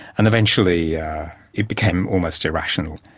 and eventually it became almost irrational.